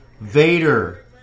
Vader